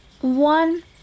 One